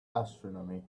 astronomy